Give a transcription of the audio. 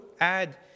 add